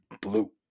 blue